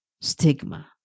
stigma